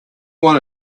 want